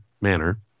manner